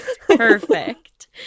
Perfect